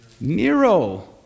Nero